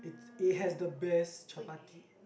it has the best chapati